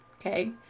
okay